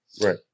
Right